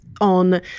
on